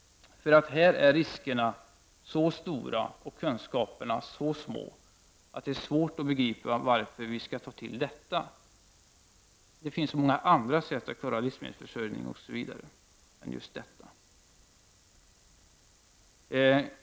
Här är riskerna så stora och kunskaperna så små, att det är svårt att begripa varför man skall ta till detta. Det finns många andra sätt att klara livsmedelsförsörjning än just detta.